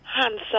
handsome